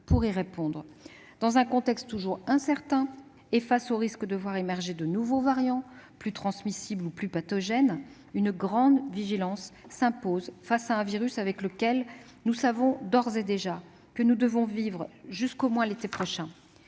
pour y faire face. Dans un contexte toujours incertain, et face au risque de voir émerger de nouveaux variants, plus transmissibles ou plus pathogènes, une grande vigilance s'impose face à un virus avec lequel nous savons d'ores et déjà que nous devrons vivre au moins jusqu'à l'été prochain.